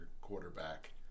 quarterback